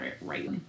right